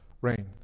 rain